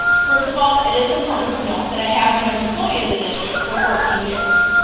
first of all, it is important to note that i have been an employee of the district for fourteen years.